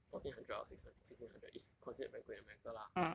fourteen hundred of six hund~ sixteen hundred is considered very good america lah but